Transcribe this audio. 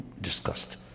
discussed